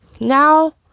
Now